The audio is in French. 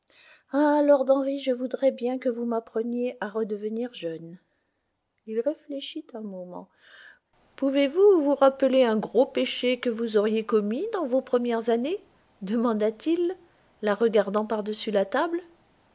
lord henry je voudrais bien que vous m'appreniez à redevenir jeune il réfléchit un moment pouvez-vous vous rappeler un gros péché que vous auriez commis dans vos premières années demanda-t-il la regardant par-dessus la table